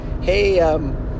hey